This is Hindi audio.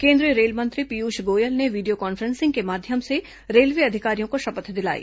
केन्द्रीय रेल मंत्री पीयूष गोयल ने वीडियो कान्फ्रेंसिंग के माध्यम से रेलवे अधिकारियों को शपथ दिलाई